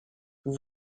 vous